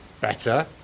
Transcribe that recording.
Better